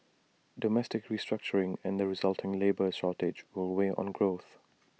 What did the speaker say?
domestic restructuring and the resulting labour shortage will weigh on growth